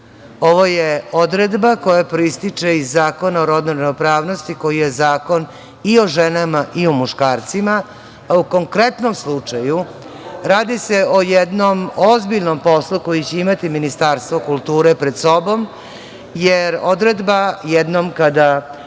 ovo je odredba koja proističe iz Zakona o rodnoj ravnopravnosti, koji je zakon i o ženama i o muškarcima. U konkretnom slučaju, radi se o jednom ozbiljnom poslu koji će imati Ministarstvo kulture pred sobom, jer odredba, jednom kada